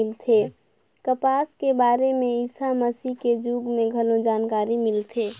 कपसा के बारे में ईसा मसीह के जुग में घलो जानकारी मिलथे